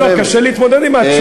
שמע, קשה להתמודד עם התשוקות האלה.